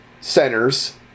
centers